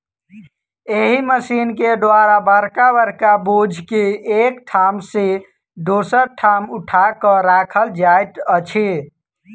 एहि मशीन के द्वारा बड़का बड़का बोझ के एक ठाम सॅ दोसर ठाम उठा क राखल जाइत अछि